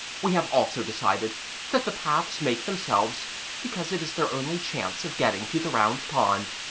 we have also decided that the paths make themselves because it is their only chance of getting to the round pond.